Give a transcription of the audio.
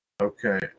okay